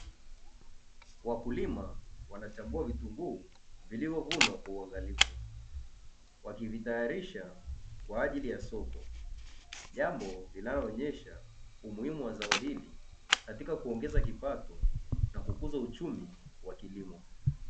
Wakulima wanachambua vitunguu vilivyovuna kwa uangalifu wakivitayarisha kwa ajili ya soko, jambo linaloonyesha umuhimu wa zao hili katika kuongeza kipato na kukuza uchumi wa kilimo.